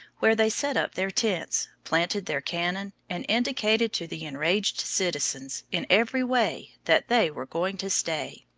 where they set up their tents, planted their cannon, and indicated to the enraged citizens, in every way, that they were going to stay.